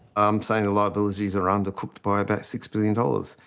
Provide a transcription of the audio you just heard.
i'm saying the liabilities are undercooked by about six billion dollars.